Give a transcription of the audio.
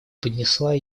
поднесла